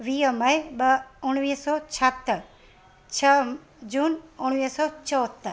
वीह मई ॿ उणिवीह सौ छाहतरि छह जून उणिवीह सौ चोहतरि